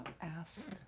ask